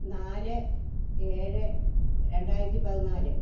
നാല് ഏഴ് രണ്ടായിരത്തിപ്പതിനാല്